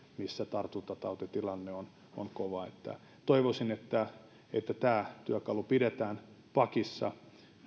missä tartuntatautitilanne on on kova toivoisin että että tämä työkalu pidetään pakissa